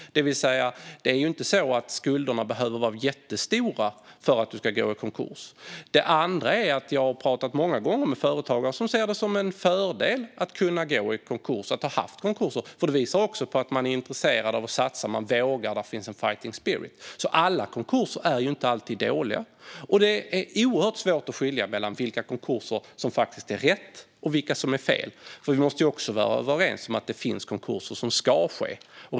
Det är inte så att skulderna behöver vara jättestora för att man ska gå i konkurs. För det andra har jag många gånger pratat med företagare som ser det som en fördel att kunna gå i konkurs och att ha haft konkurser, för det visar på att man är intresserad av att satsa. Man vågar - det finns en fighting spirit. Alla konkurser är inte alltid dåliga. Det är oerhört svårt att skilja mellan vilka konkurser som är rätt och vilka som är fel, men vi måste vara överens om att det finns konkurser som ska ske.